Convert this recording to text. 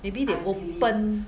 maybe they open